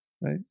right